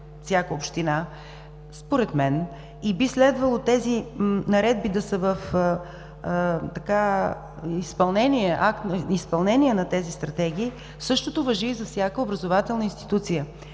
всяка община според мен, и би следвало наредбите да са акт на изпълнение на тези стратегии, същото важи и за всяка образователна институция.